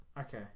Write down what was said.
okay